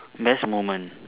best moment